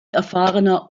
erfahrener